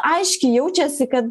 aiškiai jaučiasi kad